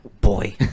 Boy